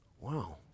Wow